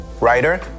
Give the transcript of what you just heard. writer